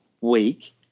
week